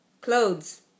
Clothes